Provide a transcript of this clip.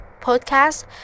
podcast